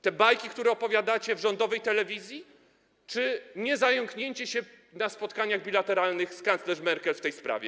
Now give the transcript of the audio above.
Te bajki, które opowiadacie w rządowej telewizji, czy niezająknięcie się na spotkaniach bilateralnych z kanclerz Merkel w tej sprawie?